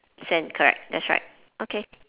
sand correct that's right okay